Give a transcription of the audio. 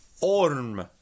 Orm